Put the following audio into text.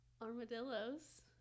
Armadillos